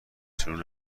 سورون